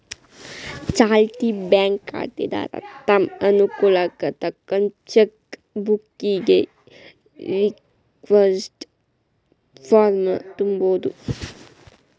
ಚಾಲ್ತಿ ಬ್ಯಾಂಕ್ ಖಾತೆದಾರ ತಮ್ ಅನುಕೂಲಕ್ಕ್ ತಕ್ಕಂತ ಚೆಕ್ ಬುಕ್ಕಿಗಿ ರಿಕ್ವೆಸ್ಟ್ ಫಾರ್ಮ್ನ ತುಂಬೋದು